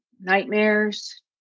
Nightmares